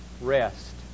rest